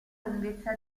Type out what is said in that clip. lunghezza